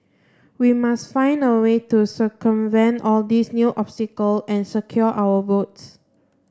we must find a way to circumvent all these new obstacle and secure our votes